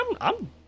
I'm-